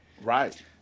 right